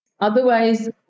Otherwise